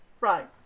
Right